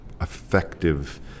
effective